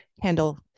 handle